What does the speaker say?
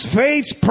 faith's